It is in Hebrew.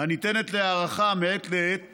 הניתנת להארכה מעת לעת